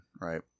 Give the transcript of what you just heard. right